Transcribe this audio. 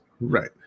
Right